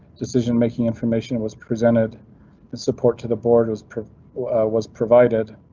decision-making information and was presented in support to the board, was was provided,